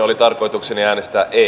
oli tarkoitukseni äänestää ei